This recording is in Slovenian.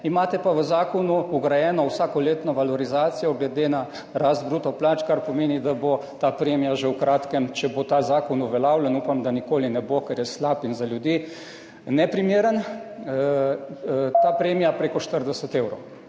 imate pa v zakonu vgrajeno vsakoletno valorizacijo glede na rast bruto plač, kar pomeni, da bo ta premija že v kratkem, če bo ta zakon uveljavljen – upam, da nikoli ne bo, ker je slab in za ljudi neprimeren – preko 40 evrov.